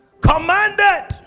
Commanded